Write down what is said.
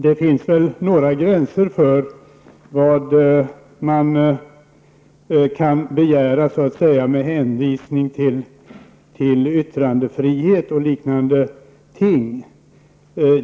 Det finns väl några gränser för vad man kan begära med hänvisning till yttrandefrihet och liknande ting.